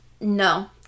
No